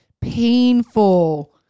painful